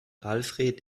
alfred